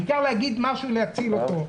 העיקר להגיד משהו להציל אותו.